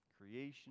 Creation